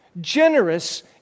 generous